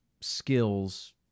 skills